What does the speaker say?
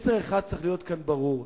לסיום, מסר אחד צריך להיות כאן ברור: